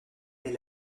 est